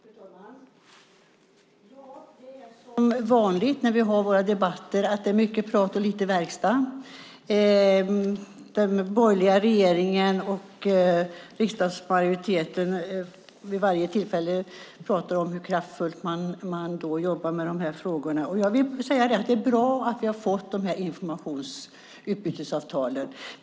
Fru talman! Det är som vanligt när vi har våra debatter. Det är mycket prat och lite verkstad. Den borgerliga regeringen och riksdagsmajoriteten pratar vid varje tillfälle om hur kraftfullt man jobbar med de här frågorna. Det är bra att vi har fått utbytesavtalen.